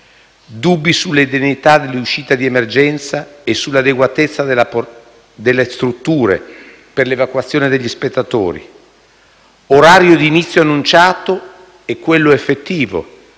dubbi sull'idoneità dell'uscita di emergenza e sull'adeguatezza delle strutture per l'evacuazione degli spettatori, orario di inizio annunciato e quello effettivo.